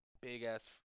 Big-ass